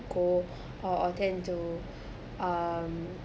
go or or tend to um